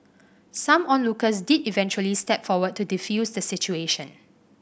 some onlookers did eventually step forward to defuse the situation